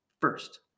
first